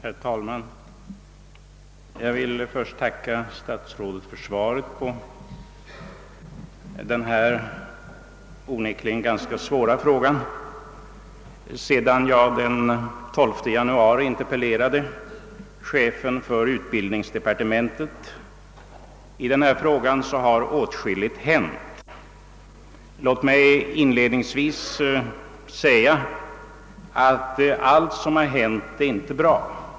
Herr talman! Jag vill först tacka statsrådet för svaret i denna onekligen ganska svåra fråga. Sedan jag den 12 januari interpellerade chefen för utbildningsdepartementet i detta spörsmål har åtskilligt hänt. Jag vill inledningsvis understryka att allt som hänt inte varit bra.